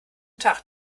tag